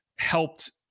helped